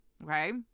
Right